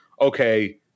Okay